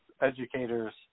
Educators